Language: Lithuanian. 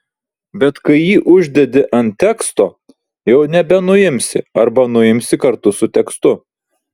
bet kai jį uždedi ant teksto jau nebenuimsi arba nuimsi kartu su tekstu